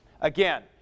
Again